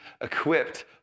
equipped